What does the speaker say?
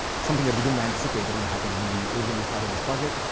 something that we didn't anticipate that would happen when we originally started this project.